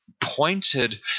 pointed –